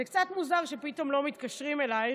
זה קצת מוזר שפתאום לא מתקשרים אלייך,